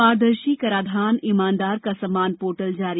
पारदर्शी कराधान ईमानदार का सम्मान पोर्टल जारी